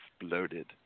exploded